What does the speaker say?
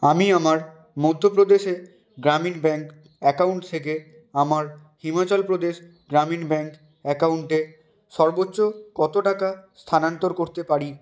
আমি আমার মধ্যপ্রদেশে গ্রামীণ ব্যাঙ্ক অ্যাকাউন্ট থেকে আমার হিমাচল প্রদেশ গ্রামীণ ব্যাঙ্ক অ্যাকাউন্টে সর্বোচ্চ কত টাকা স্থানান্তর করতে পারি